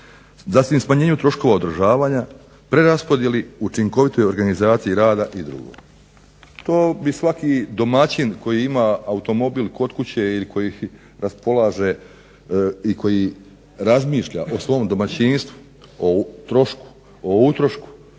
modelima, smanjenju troškova održavanja, preraspodjeli učinkovitoj organizaciji rada i drugo. To bi svaki domaćin koji ima automobil kod kuće ili koji raspolaže i koji razmišlja o svom domaćinstvu, o trošku,